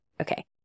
okay